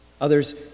Others